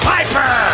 Piper